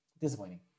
disappointing